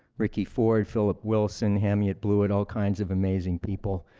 ricky ford, philip wilson, hamiet bluiett, all kinds of amazing people